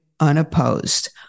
Unopposed